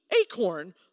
acorn